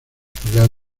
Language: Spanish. pagar